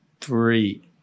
three